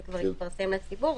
זה כבר מתפרסם לציבור.